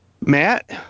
Matt